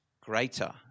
greater